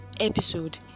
episode